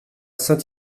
saint